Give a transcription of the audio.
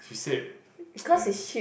she said !aiya!